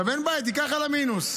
עכשיו, אין בעיה, תיקחו על המינוס,